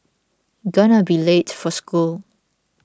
gonna be late for school